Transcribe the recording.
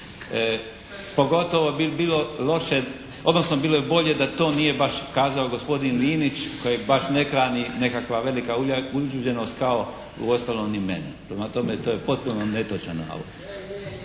odnosno bilo bi bilo da to nije baš kazao gospodin Linić kojeg baš ne hrani nekakva velika uljuđenost kao uostalom ni mene. Prema tome to je potpuno netočan